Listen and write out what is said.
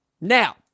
Now